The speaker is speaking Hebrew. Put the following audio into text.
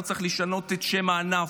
לא צריך לשנות את שם הענף,